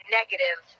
negative